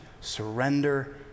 surrender